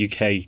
UK